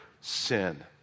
sin